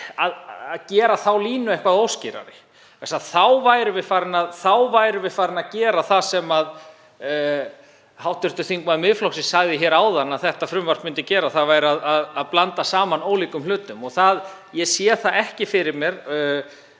við gerum þá línu eitthvað óskýrari. Þá værum við farin að gera það sem hv. þm. Miðflokksins sagði áðan að þetta frumvarp myndi gera, þ.e. að blanda saman ólíkum hlutum. Ég sé það ekki fyrir mér